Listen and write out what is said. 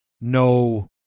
no